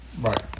Right